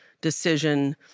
decision